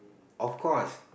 of course